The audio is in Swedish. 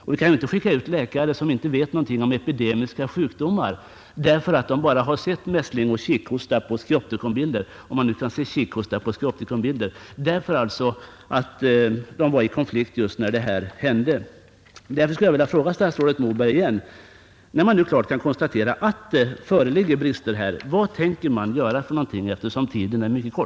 Och vi kan inte skicka ut läkare som inte vet någonting om epidemiska sjukdomar utan bara har sett mässling och kikhosta på skioptikonbilder — om man nu kan se kikhosta på skioptikonbilder — därför att de var i konflikt när de skulle ha studerat dessa sjukdomar.